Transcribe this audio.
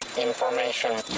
information